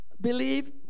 Believe